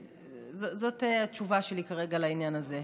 זאת התשובה שלי כרגע לעניין הזה.